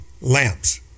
lamps